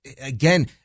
again